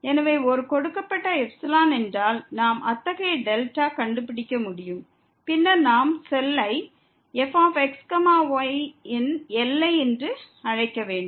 எனவே ஒரு கொடுக்கப்பட்ட எப்சிலான் என்றால் நாம் அத்தகைய டெல்டாவை கண்டுபிடிக்க முடியும் பின்னர் நாம் செல் ஐ fx y ன் எல்லை என்று அழைக்க வேண்டும்